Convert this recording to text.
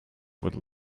would